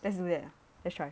let's do that let's try